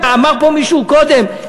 אמר פה מישהו קודם,